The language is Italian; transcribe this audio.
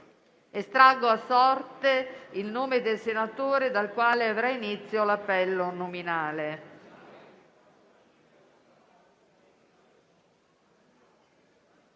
Estraggo a sorte il nome del senatore dal quale avrà inizio l'appello nominale.